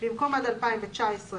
שאל על אישפוז קורונה.